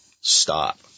stop